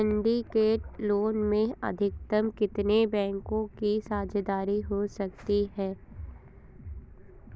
Syndicate loan में अधिकतम कितने बैंकों की साझेदारी हो सकती है?